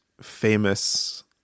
famous